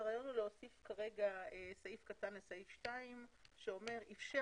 הרעיון הוא להוסיף סעיף קטן לסעף 2 שאומר: "אפשר